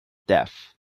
death